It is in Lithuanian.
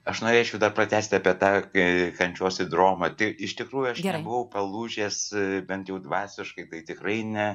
aš norėčiau dar pratęsti apie tą ka kančios sindromąiš tikrųjų aš nebuvau palūžęs bent jau dvasiškai tai tikrai ne